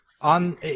On